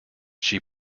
she